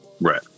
Right